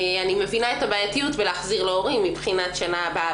אני מבינה את הבעייתיות להחזיר להורים מבחינת שנה הבאה,